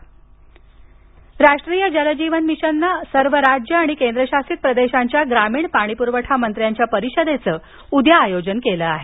राष्ट्रीय जल जीवन मिशन राष्ट्रीय जल जीवन मिशननं सर्व राज्य आणि केंद्रशासित प्रदेशांच्या ग्रामीण पाणीपुरवठा मंत्र्यांच्या परीषदेचं उद्या आयोजन केलं आहे